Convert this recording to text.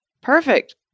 Perfect